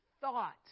thought